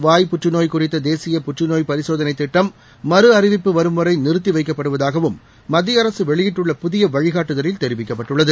வாய்ப்புற்றுநோய் குறித்த தேசிய புற்றுநோய் பரிசோதனை திட்டம் மறு அறிவிப்பு வரும்வரை நிறுத்தி வைக்கப்படுவதாகவும் மத்திய அரசு வெளியிட்டுள்ள புதிய வழிகாட்டுதலில் தெரிவிக்கப்பட்டுள்ளது